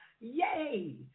Yay